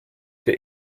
die